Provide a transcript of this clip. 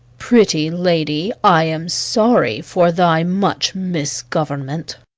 pretty lady, i am sorry for thy much misgovernment.